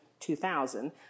2000